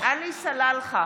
עלי סלאלחה,